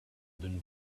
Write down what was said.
been